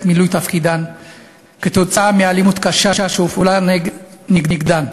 מילוי תפקידן כתוצאה מאלימות קשה שהופעלה נגדן.